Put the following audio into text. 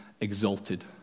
exalted